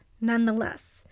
nonetheless